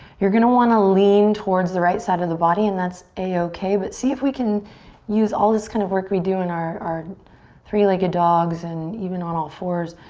you're gonna want to lean towards the right side of the body and that's a-okay but see if we can use all this kind of work we do in our our three-legged dogs and even on all fours,